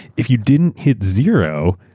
if you didn't hit zero,